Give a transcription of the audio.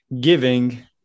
giving